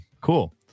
Cool